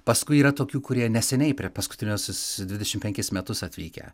paskui yra tokių kurie neseniai per paskutiniuosius dvidešim penkis metus atvykę